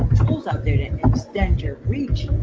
tools ah extend your reach.